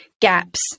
gaps